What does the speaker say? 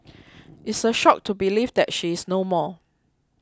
it's a shock to believe that she is no more